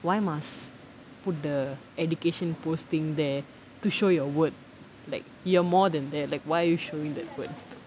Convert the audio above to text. why must put the education posting there to show your worth like you're more than that like why are you showing that worth